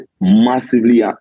massively